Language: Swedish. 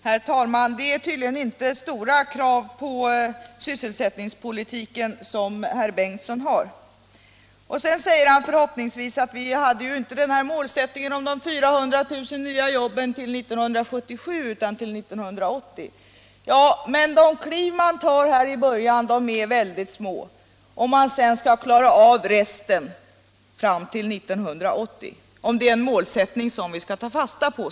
Herr talman! Det är tydligen inte stora krav på sysselsättningspolitiken som herr förste vice talmannen Bengtson har. Han säger att målsättningen om de 400 000 nya jobben inte gällde 1977 utan fram till 1980. Ja, men de kliv man tar här i början är väldigt små om målsättningen att klara resten till 1980 skall vara någonting värd, någonting att ta fasta på.